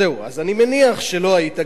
זהו, אני מניח שלא היית.